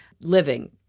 living